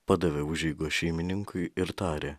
padavė užeigos šeimininkui ir tarė